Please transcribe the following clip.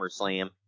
SummerSlam